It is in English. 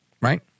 right